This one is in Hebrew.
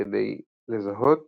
כדי לזהות